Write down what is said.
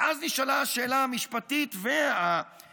ואז נשאלה שאלה משפטית ועקרונית,